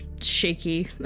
shaky